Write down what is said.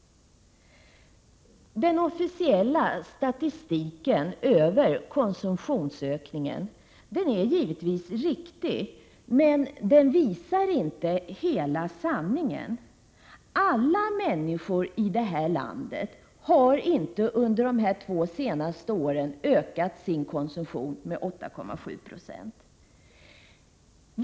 Den officiella statistiken över konsumtionsökningen är givetvis riktig, men den visar inte hela sanningen. Alla människor i det här landet har inte under de två senaste åren ökat sin konsumtion med 8,7 90.